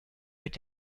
mit